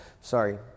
Sorry